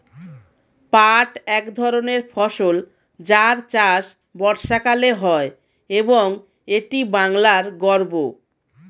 পাট এক ধরনের ফসল যার চাষ বর্ষাকালে হয় এবং এটি বাংলার গর্ব